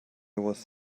was